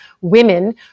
women